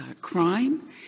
crime